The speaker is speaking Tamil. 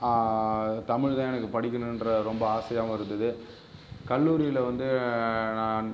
தமிழ் தான் எனக்கு படிக்கணுன்ற ரொம்ப ஆசையாகவும் இருந்தது கல்லூரியில் வந்து நான்